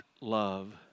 love